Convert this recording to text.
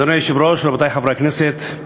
אדוני היושב-ראש, רבותי חברי הכנסת,